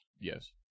Yes